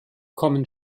kommen